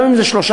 גם אם זה 3%,